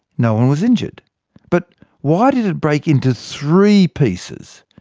no-one was injured but why did it break into three pieces,